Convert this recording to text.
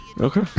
okay